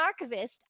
archivist